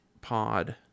Pod